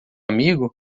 amigo